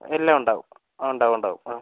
എല്ലാം ഉണ്ടാവും ഉണ്ടാവും ഉണ്ടാവും ആ